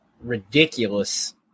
ridiculous